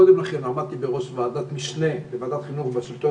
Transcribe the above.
קודם לכן עמדתי בראש ועדת משנה בוועדת החינוך בשלטון